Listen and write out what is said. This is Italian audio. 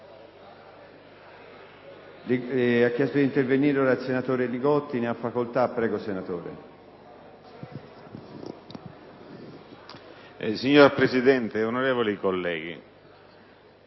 Signor Presidente, onorevoli colleghi,